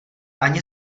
ani